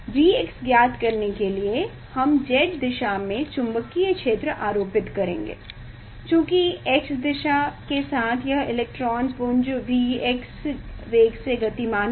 Vx ज्ञात करने के लिए हम Z दिशा में चुंबकीय क्षेत्र आरोपित करेंगे चूंकि x दिशा के साथ यह इलेक्ट्रॉन पुंज Vx वेग से गतिमान है